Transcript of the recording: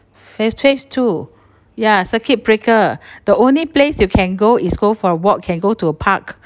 phase phase two ya circuit breaker the only place you can go is go for a walk can go to a park